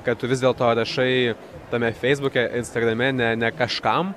kad tu vis dėlto rašai tame feisbuke instagrame ne ne kažkam